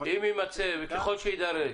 אם יימצא וככל שיידרש.